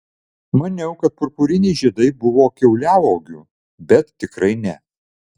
maniau kad purpuriniai žiedai buvo kiauliauogių bet tikrai ne